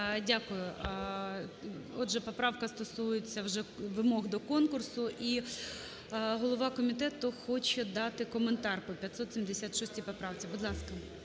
Дякую. Отже, поправка стосується вже вимог до конкурсу, і голова комітету хоче дати коментар по 576 поправці. Будь ласка.